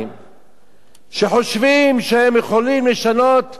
שחושבים שהם יכולים לשנות את פני החברה